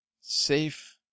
safe